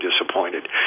disappointed